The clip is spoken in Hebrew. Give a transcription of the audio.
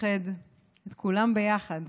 שאיחד את כולם ביחד,